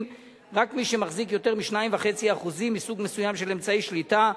רק מי שמחזיקים יותר מ-2.5% מסוג מסוים של אמצעי שליטה,